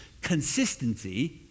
consistency